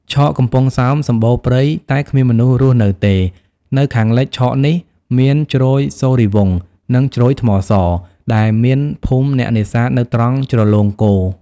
ឆកកំពង់សោម សំបូរព្រៃ តែគ្មានមនុស្សរស់នៅទេ នៅខាងលិច ឆកនេះ មានជ្រោយសូរីយ៍វង្ស និងជ្រោយថ្មស ដែលមានភូមិអ្នកនេសាទនៅត្រង់ ជ្រលងគោ ។